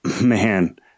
Man